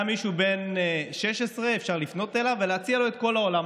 גם למישהו בן 16 אפשר לפנות ולהציע לו את כל העולם.